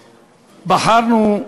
בחרנו,